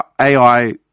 AI